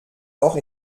auch